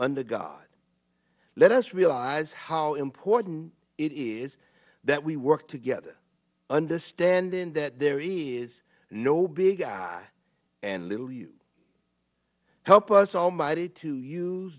under god let us realize how important it is that we work together understanding that there is no big i and little you help us almighty to use